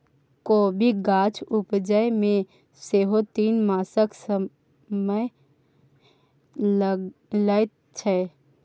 कोबीक गाछ उपजै मे सेहो तीन मासक समय लैत छै